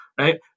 Right